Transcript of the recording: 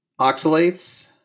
oxalates